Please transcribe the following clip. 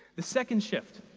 the second shift